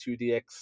2dx